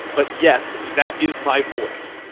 but, yes, that is my voice.